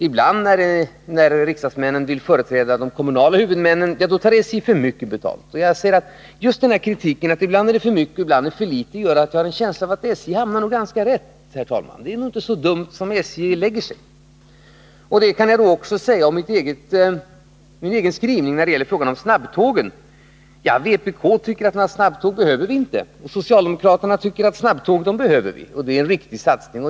Ibland, när riksdagsmännen företräder de kommunala huvudmännen, tycker de i stället att SJ tar för mycket betalt. Just det förhållandet att man ibland beskyller SJ för att ta för mycket och ibland för litet gör att jag får en känsla av att SJ nog har hamnat ganska rätt, herr talman. Det kan jag också säga om min egen skrivning när det gäller snabbtågen. Vpk tycker att vi inte behöver snabbtåg, socialdemokraterna tycker att vi behöver dem.